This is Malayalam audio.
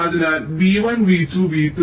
അതിനാൽ v1 v2 v 3